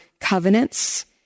covenants